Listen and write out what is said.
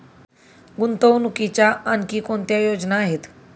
गुंतवणुकीच्या आणखी कोणत्या योजना आहेत?